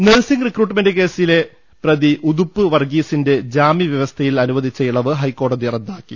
nursing recruitment തട്ടിപ്പ് കേസില്ലി പ്രതി ഉതുപ്പ് വർഗീസിന്റെ ജാമ്യവൃവസ്ഥയിൽ അനുവദിച്ച ഇളവ് ഹൈക്കോടതി റദ്ദാക്കി